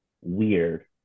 weird